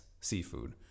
seafood